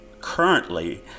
currently